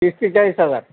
तीस ते चाळीस हजार